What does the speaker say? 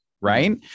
right